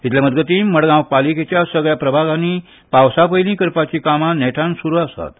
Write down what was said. इतले मजगतीं मडगांव पालिकेच्या सगल्या प्रभागांतली पावसा पयलीं करपाची कामां नेटान सुरू आसात